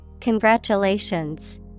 Congratulations